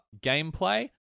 gameplay